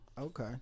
Okay